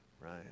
right